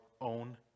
own